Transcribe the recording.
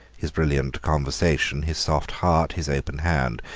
his brilliant conversation, his soft heart, his open hand,